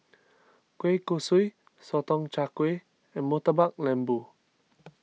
Kueh Kosui Sotong Char Kway and Murtabak Lembu